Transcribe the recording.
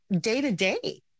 day-to-day